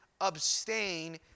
abstain